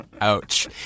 Ouch